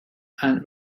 and